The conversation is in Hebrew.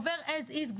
עובר as is,